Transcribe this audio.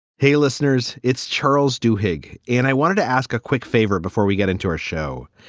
hey, listeners, it's charles du hig. and i wanted to ask a quick favor before we get into our show.